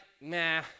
nah